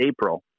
April